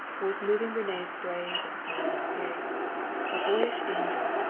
was moving rene's brave and smiling spirit a boyish angel,